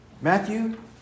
Matthew